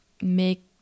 make